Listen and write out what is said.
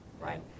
Right